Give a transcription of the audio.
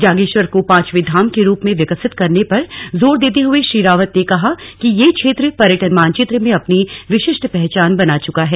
जागेश्वर को पांचवे धाम के रुप में विकसित करने पर जोर देते हुए श्री रावत ने कहा कि यह क्षेत्र पर्यटन मानचित्र में अपनी विशिष्ट पहचान बना चुका है